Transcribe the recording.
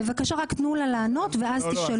בבקשה, תנו לה לענות ואז תשאלו.